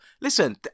Listen